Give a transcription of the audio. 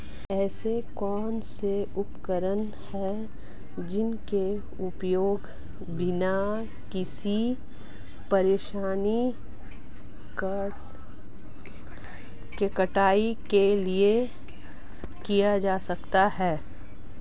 ऐसे कौनसे उपकरण हैं जिनका उपयोग बिना किसी परेशानी के कटाई के लिए किया जा सकता है?